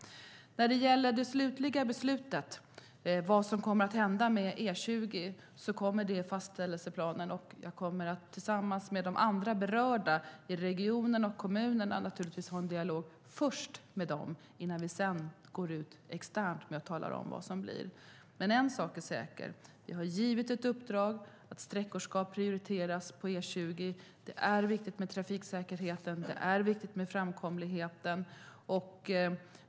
När det gäller det slutliga beslutet, vad som kommer att hända med E20, kommer det i fastställelseplanen. Jag kommer naturligtvis först att ha en dialog med de andra berörda i regionen och i kommunerna innan vi går ut externt och talar om vad det blir. Men en sak är säker: Vi har givit ett uppdrag att sträckor ska prioriteras på E20. Det är viktigt med trafiksäkerheten och framkomligheten.